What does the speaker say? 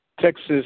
Texas